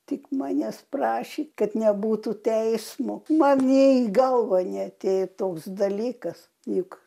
tik manęs prašė kad nebūtų teismo man nė į galvą neatėjo toks dalykas juk